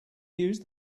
used